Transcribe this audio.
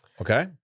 Okay